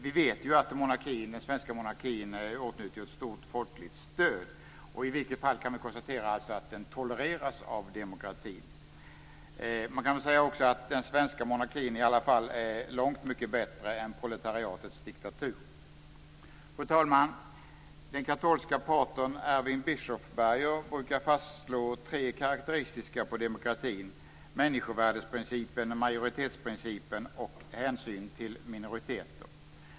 Vi vet ju att den svenska monarkin åtnjuter ett stort folkligt stöd. Vi kan i alla fall konstatera att den tolereras av demokratin. Man kan också säga att den svenska monarkin i alla fall är långt mycket bättre än proletariatets diktatur. Fru talman! Den katolske patern Erwin Bischofberger brukar fastslå tre karakteristika på demokratin: människovärdesprincipen, majoritetsprincipen och hänsynen till minoriteter.